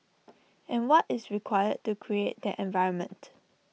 and what is required to create that environment